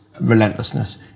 relentlessness